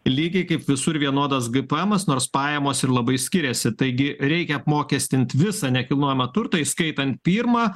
lygiai kaip visur vienodas gpemas nors pajamos ir labai skiriasi taigi reikia apmokestinti visą nekilnojamą turtą įskaitant pirmą